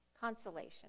consolation